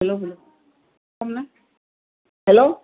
hello